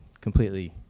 completely